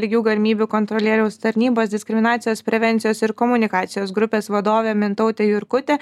lygių galimybių kontrolieriaus tarnybos diskriminacijos prevencijos ir komunikacijos grupės vadovė mintautė jurkutė